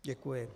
Děkuji.